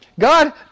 God